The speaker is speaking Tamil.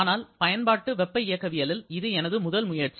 ஆனால் பயன்பாட்டு வெப்ப இயக்கவியலில் இது எனது முதல் முயற்சி